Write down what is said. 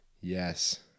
Yes